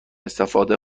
استفاده